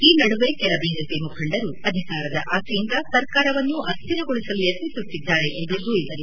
ಈ ನಡುವೆ ಕೆಲ ಬಿಜೆಪಿ ಮುಖಂಡರು ಅಧಿಕಾರದ ಆಸೆಯಿಂದ ಸರ್ಕಾರವನ್ನು ಅಸ್ಟಿರಗೊಳಿಸಲು ಯತ್ತಿಸುತ್ತಿದ್ದಾರೆ ಎಂದರು ದೂರಿದರು